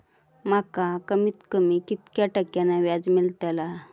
माका कमीत कमी कितक्या टक्क्यान व्याज मेलतला?